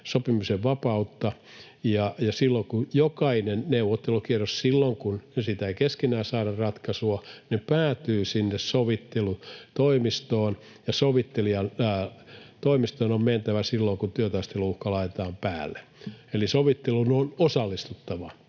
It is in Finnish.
sopimisen vapautta. Jokainen neuvottelukierros, silloin kun ei keskenään saada ratkaisua, päätyy sinne sovittelutoimistoon, ja sovittelijan toimistoon on mentävä silloin, kun työtaistelun uhka laitetaan päälle. Eli sovitteluun on osallistuttava.